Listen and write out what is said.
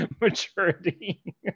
maturity